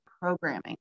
programming